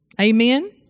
Amen